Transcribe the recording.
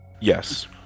yes